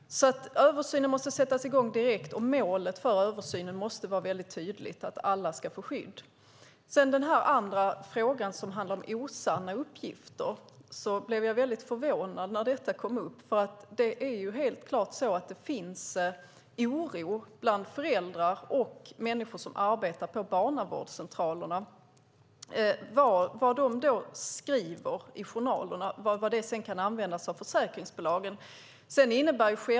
Översynen måste sättas i gång direkt. Målet för översynen måste vara väldigt tydligt, att alla ska få skydd. Sedan blev jag väldigt förvånad när den andra frågan kom upp, som handlar om osanna uppgifter, för det finns helt klart en oro bland föräldrar. Det finns också en oro bland människor som arbetar på barnavårdscentralerna för att det som de skriver i journalerna kan användas av försäkringsbolagen.